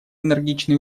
энергичные